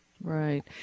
right